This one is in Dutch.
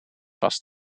vast